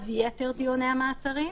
אז יתר דיוני המעצרים,